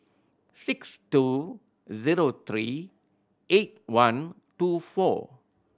six two zero three eight one two four